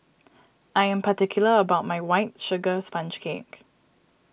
I am particular about my White Sugar Sponge Cake